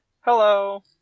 Hello